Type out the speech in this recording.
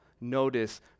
Notice